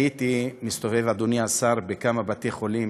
וכשהסתובבתי, אדוני השר, בכמה בתי-חולים,